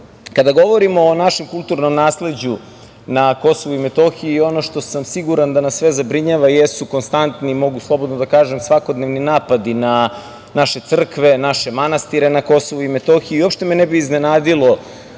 govorimo o našem kulturnom nasleđu na Kosovu i Metohiji, ono što sam siguran da nas sve zabrinjava jesu konstantni i mogu slobodno da kažem svakodnevni napadi na naše crkve, naše manastire na Kosovu i Metohiji i uopšte me ne bi iznenadilo